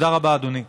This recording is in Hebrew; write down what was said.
תודה רבה, אדוני.